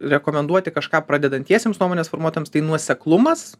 rekomenduoti kažką pradedantiesiems nuomonės formuotojams tai nuoseklumas